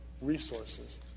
resources